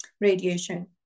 radiation